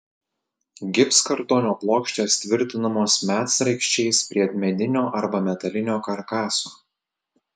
gipskartonio plokštės tvirtinamos medsraigčiais prie medinio arba metalinio karkaso